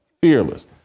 fearless